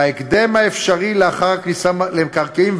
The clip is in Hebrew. בהקדם האפשרי לאחר הכניסה למקרקעין,